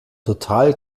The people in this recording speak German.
total